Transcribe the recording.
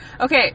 Okay